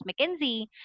McKinsey